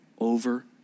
over